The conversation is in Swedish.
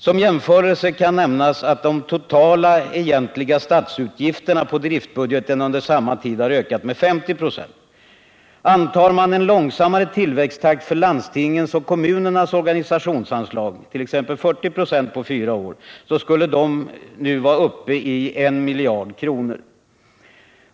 Som jämförelse kan nämnas att de totala egentliga statsutgifterna på driftbudgeten under samma tid har ökat med 50 96. Antar man en långsammare tillväxttakt för landstingens och kommunernas organisationsanslag —t.ex. 40 96 på fyra år — skulle de nu vara uppe i I miljard kronor.